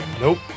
Nope